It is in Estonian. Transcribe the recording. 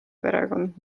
perekond